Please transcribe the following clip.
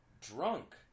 drunk